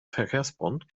verkehrsverbund